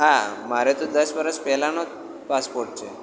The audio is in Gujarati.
હા મારે તો દસ વર્ષ પહેલાંનો જ પાસપોર્ટ છે